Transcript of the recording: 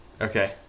Okay